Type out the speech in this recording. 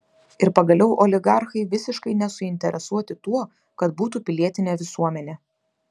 ir pagaliau oligarchai visiškai nesuinteresuoti tuo kad būtų pilietinė visuomenė